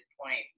point